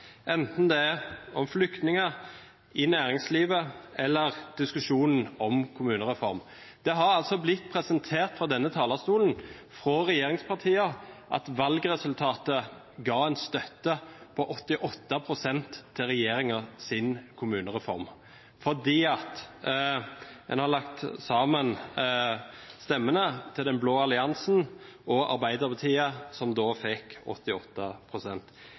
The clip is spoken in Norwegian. enten det handler om flyktninger, næringslivet eller diskusjonen om kommunereform. Det har altså blitt presentert fra denne talerstolen, fra regjeringspartiene, som at valgresultatet ga en støtte på 88 pst. til regjeringens kommunereform, fordi en har lagt sammen stemmene til den blå alliansen og Arbeiderpartiet, som da fikk